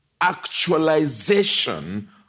actualization